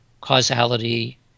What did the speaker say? causality